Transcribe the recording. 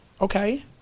Okay